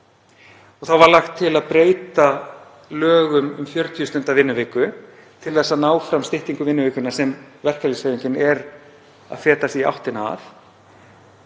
Þá var lagt til að breyta lögum um 40 stunda vinnuviku til að ná fram styttingu vinnuvikunnar sem verkalýðshreyfingin er að feta sig í áttina að.